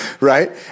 right